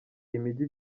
imijyi